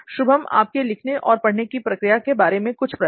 शुभम आपके लिखने और पढ़ने की प्रक्रिया के बारे में कुछ प्रश्न